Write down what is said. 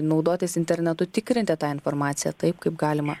naudotis internetu tikrinti tą informaciją taip kaip galima